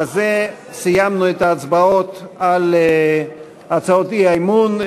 בזה סיימנו את ההצבעות על הצעות האי-אמון.